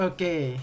Okay